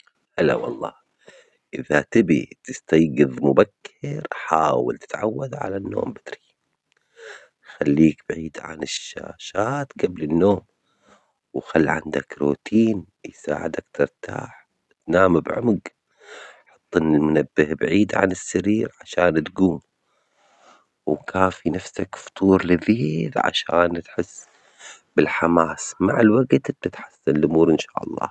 هلا والله، إذا تبي تستيجظ مبكر حاول تتعود على النوم بدري، خليك بعيد عن الشاشات جبل النوم، وخلي عندك روتين يساعدك ترتاح وتنام بعمج، حط المنبه بعيد عن السرير عشان تجوم، وكافي نفسك فطور لذيذ عشان تحس بالحماس، مع الوجت بتتحسن الأمور إن شاء الله.